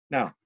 Now